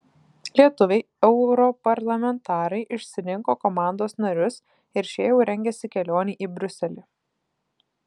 lietuviai europarlamentarai išsirinko komandos narius ir šie jau rengiasi kelionei į briuselį